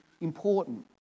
important